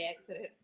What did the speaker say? accident